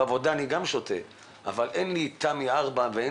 גם בעבודה אני שותה אבל אין לי תמי 4 ואין